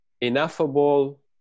ineffable